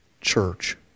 church